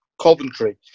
Coventry